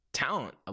Talent